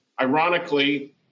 Ironically